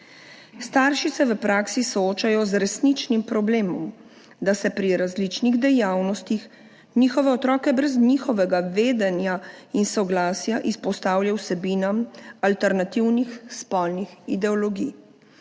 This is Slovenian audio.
Starši se v praksi soočajo z resničnim problemom, da se pri različnih dejavnostih njihove otroke brez njihovega vedenja in soglasja izpostavlja vsebinam alternativnih spolnih ideologij.